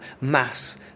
mass